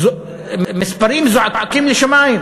המספרים זועקים לשמים.